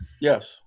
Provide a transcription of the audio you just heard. Yes